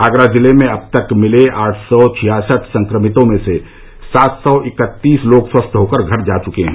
आगरा जिले में अब तक मिले आठ सौ छियासठ संक्रमितों में से सात सौ इकत्तीस लोग स्वस्थ होकर घर जा चुके हैं